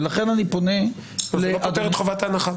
-- ולכן אני פונה --- זה לא פוטר את חובת ההנחה.